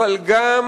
אבל גם